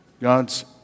God's